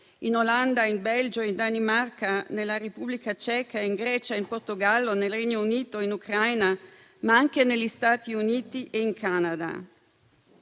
in Olanda, in Belgio, in Danimarca, nella Repubblica Ceca, in Grecia, in Portogallo, nel Regno Unito, in Ucraina, ma anche negli Stati Uniti e in Canada.